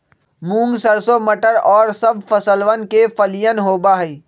मूंग, सरसों, मटर और सब फसलवन के फलियन होबा हई